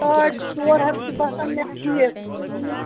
ساڈ ژور ہَتھ چھِ باسان مےٚ ٹھیٖک تُہۍ ؤنِو